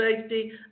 safety